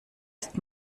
ist